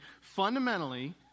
fundamentally